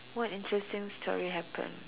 what interesting story happen